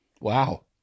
Wow